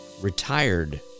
retired